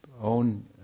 own